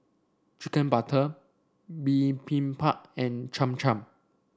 Chicken Butter Bibimbap and Cham Cham